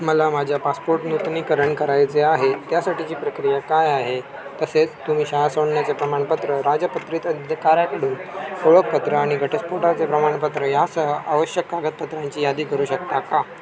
मला माझ्या पासपोर्ट नूतनीकरण करायचे आहे त्यासाठीची प्रक्रिया काय आहे तसेच तुम्ही शाळा सोडण्याचे प्रमाणपत्र राजपत्रित अधिकाऱ्याकडून ओळखपत्र आणि घटस्फोटाचे प्रमाणपत्र यासह आवश्यक कागदपत्रांची यादी करू शकता का